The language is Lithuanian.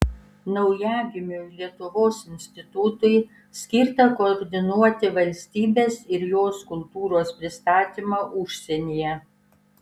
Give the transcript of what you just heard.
naujagimiui lietuvos institutui skirta koordinuoti valstybės ir jos kultūros pristatymą užsienyje